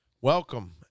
welcome